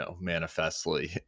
manifestly